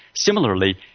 similarly,